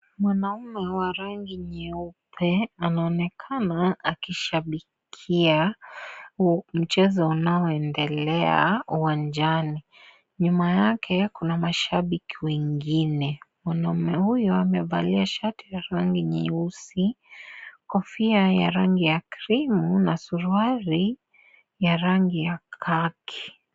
Mwanaume wa rangi nyeupe, anaonekana akishabikia mchezo unaoendelea uwanjani, nyuma yake, kuna mashabik wengine, mwanaume huyo amevalia shati la rangi nyeusi, kofia ya rangi ya krimu, na suruari, ya rangi ya kaki.